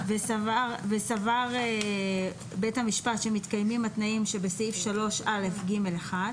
וסבר בית המשפט שמתקיימים התנאים שבסעיף 3א(ג)(1),